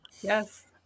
Yes